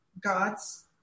God's